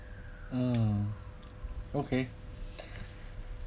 um okay